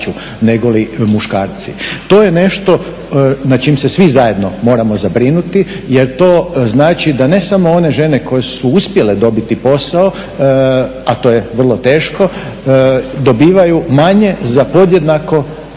To je nešto nad čim se svi zajedno moramo zabrinuti, jer to znači da ne samo one žene koje su uspjele dobiti posao, a to je vrlo teško dobivaju manje za podjednako